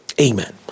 amen